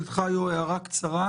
גילד חיו, הערה קצרה.